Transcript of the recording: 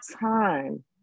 time